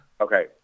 Okay